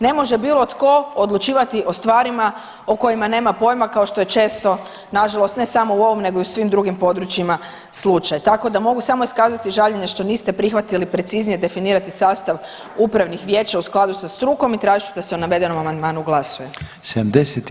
Ne može bilo tko odlučivati o stvarima o kojima nema pojma kao što je često nažalost ne samo u ovom nego i u svim drugim područjima slučaj, tako da mogu samo iskazati žaljenje što niste prihvatili preciznije definirati sastav upravnih vijeća u skladu sa strukom i tražit ću da se o navedenom amandmanu glasuje.